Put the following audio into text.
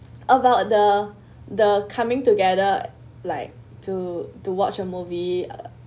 about the the coming together like to to watch a movie uh